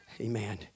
Amen